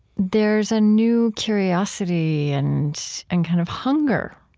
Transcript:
there's a new curiosity and and kind of hunger,